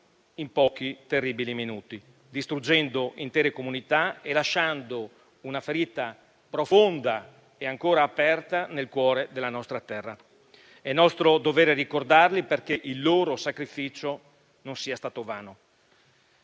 in pochi terribili minuti, distruggendo intere comunità e lasciando una ferita profonda e ancora aperta nel cuore della nostra terra. È nostro dovere ricordarli perché il loro sacrificio non sia stato vano.